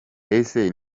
ese